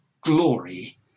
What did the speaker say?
glory